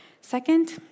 Second